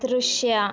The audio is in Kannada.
ದೃಶ್ಯ